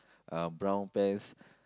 uh brown pants